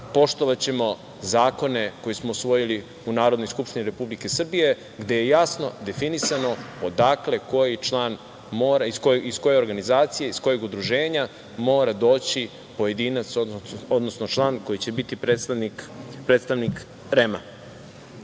poštovaćemo zakone koje smo usvojili u Narodnoj skupštini Republike Srbije gde je jasno definisano odakle, koji član mora, iz koje organizacije, iz kojeg udruženja mora doći pojedinac, odnosno član koji će biti predstavnik